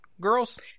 girls